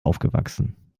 aufgewachsen